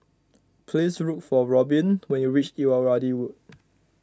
please look for Robyn when you reach Irrawaddy Road